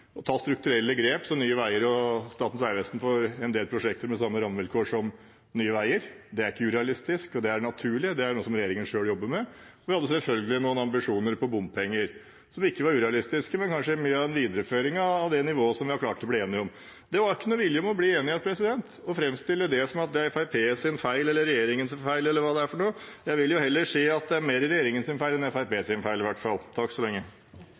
ta strukturelle grep så Statens vegvesen får en del prosjekter med samme rammevilkår som Nye Veier, det er heller ikke urealistisk, og det er naturlig, og det er noe som regjeringen selv jobber med. Selvfølgelig hadde vi også noen ambisjoner på bompenger, som ikke var urealistiske, men kanskje mer en videreføring av det nivået som vi har klart å bli enige om. Det var ikke noen vilje til å bli enige. Og når det gjelder å framstille det som at det er Fremskrittspartiets feil, eller regjeringens feil, eller hva det nå er: Jeg vil si at det er mer regjeringens feil enn Fremskrittspartiets feil, i hvert fall.